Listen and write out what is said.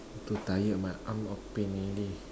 too tired my arm all pain already